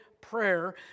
prayer